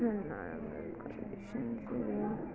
नराम्रो एडुकेसन कुनै